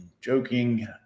joking